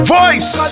voice